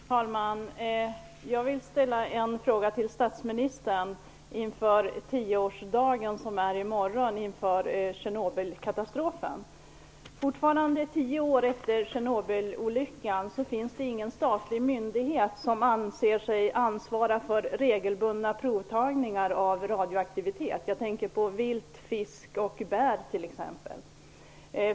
Fru talman! Jag vill ställa en fråga till statsministern inför 10-årsdagen av Tjernobylkatastrofen, som infaller i morgon. Ännu tio år efter Tjernobylolyckan finns det ingen statlig myndighet som anser sig ansvara för regelbundna provtagningar av radioaktivitet. Jag tänker på vilt, fisk och bär.